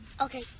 Okay